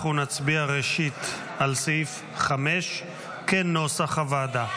אנחנו נצביע ראשית על סעיף 5 כנוסח הוועדה.